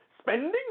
Spending